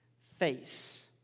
face